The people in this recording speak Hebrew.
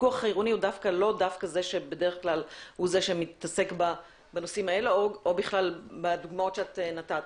הפיקוח העירוני הוא דווקא לא זה שמתעסק בנושאים האלה ובדוגמאות שאת נתת.